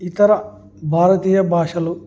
ఇతర భారతీయ భాషలు